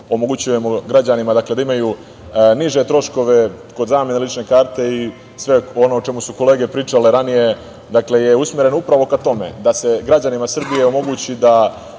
da imaju niže troškove kod zamene lične karte i sve ono o čemu su kolege pričale ranije je usmereno upravo ka tom da se građanima Srbije omogući da